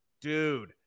dude